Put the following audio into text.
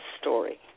story